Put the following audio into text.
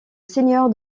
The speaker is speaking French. seigneur